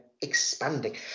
expanding